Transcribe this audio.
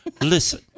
Listen